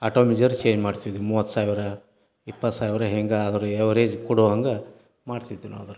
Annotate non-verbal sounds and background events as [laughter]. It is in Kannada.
ಆಟೋ ಮೇಜರ್ ಚೇನ್ ಮಾಡ್ತಿದ್ವಿ ಮೂವತ್ತು ಸಾವಿರ ಇಪ್ಪತ್ತು ಸಾವಿರ ಹಿಂಗೆ ಅದ್ರ ಎವ್ರೇಜ್ ಕೊಡೋ ಹಂಗೆ ಮಾಡ್ತಿದ್ವಿ ನಾವು ಅದ್ರ [unintelligible]